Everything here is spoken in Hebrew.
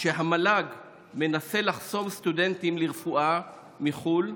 שהמל"ג מנסה לחסום סטודנטים לרפואה מחו"ל,